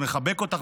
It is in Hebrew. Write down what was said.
מחבק אותך,